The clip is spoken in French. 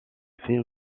film